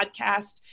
podcast